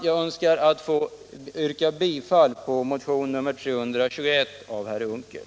Jag vill yrka bifall till motionen1321 av herr Unckel.